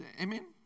Amen